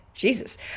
Jesus